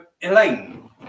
Elaine